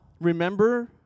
remember